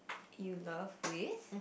you love with